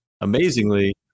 amazingly